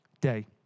day